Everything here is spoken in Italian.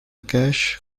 cache